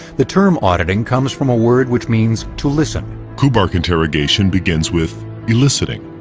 the term auditing comes from a word which means to listen. kubark interrogation begins with eliciting,